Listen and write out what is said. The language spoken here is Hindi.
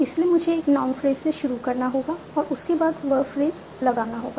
इसलिए मुझे एक नाउन फ्रेज से शुरू करना होगा और उसके बाद वर्ब फ्रेज लगाना होगा